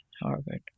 Harvard